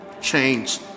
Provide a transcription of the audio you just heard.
change